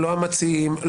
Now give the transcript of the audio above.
לא המציעים,